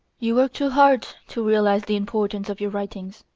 you work too hard to realise the importance of your writings.